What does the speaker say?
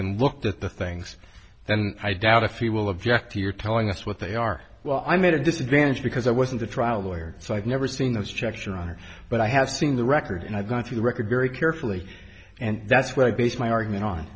and looked at the things and i doubt if you will object to your telling us what they are well i'm at a disadvantage because i wasn't a trial lawyer so i've never seen those checks your honor but i have seen the record and i've gone to the record very carefully and that's what i base my argument on